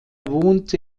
wohnte